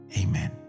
amen